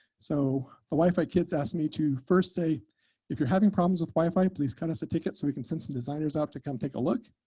so the wi-fi kids asked me to first say if you're having problems with wi-fi, please cut us a ticket so we can send some designers out to come take a look.